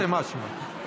תרתי משמע.